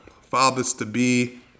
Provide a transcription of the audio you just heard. Fathers-to-be